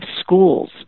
schools